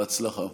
בהצלחה.